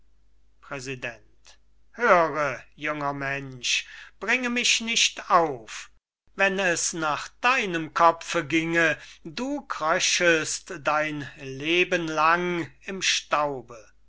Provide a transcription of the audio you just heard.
präsident höre junger mensch bringe mich nicht auf wenn es nach deinem kopf ginge du kröchest dein lebenlang im staube